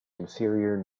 inferior